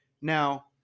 now